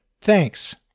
Thanks